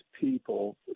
people